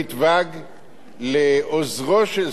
לעוזרו של שר המשפטים,